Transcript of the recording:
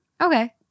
Okay